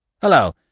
Hello